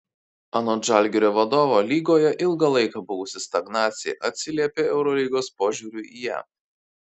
anot žalgirio vadovo lygoje ilgą laiką buvusi stagnacija atsiliepė eurolygos požiūriui į ją